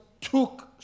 took